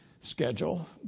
schedule